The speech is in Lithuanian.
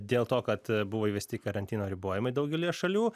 dėl to kad buvo įvesti karantino ribojimai daugelyje šalių